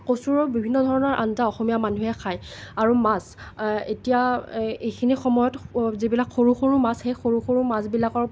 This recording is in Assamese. কচুৰো বিভিন্ন ধৰণৰ আঞ্জা অসমীয়া মানুহে খায় আৰু মাছ এতিয়া এই এইখিনি সময়ত যিবিলাক সৰু সৰু মাছ সেই সৰু সৰু মাছবিলাকৰ